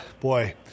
boy